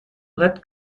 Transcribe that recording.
brett